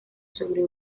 sobre